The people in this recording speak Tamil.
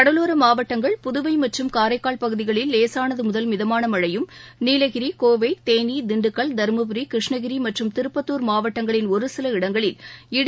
கடலோர மாவட்டங்கள் புதுவை மற்றும் காரக்கால் பகுதிகளில் லேசானது முதல் மிதமான மழையும் நீலகிரி கோவை தேனி திண்டுக்கல் தருமபுரி கிருஷ்ணகிரி மற்றும் திருப்பத்துள் மாவட்டங்களின் ஒருசில இடங்களில் இடி